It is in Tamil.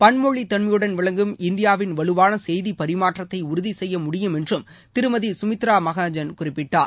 பன்மொழி தன்மையுடன் விளங்கும் இந்தியாவின் வலுவான செய்தி பரிமாற்றத்தை உறுதி செய்ய முடியும் என்றும் திருமதி கமித்ரா மகாஜன் குறிப்பிட்டார்